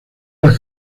las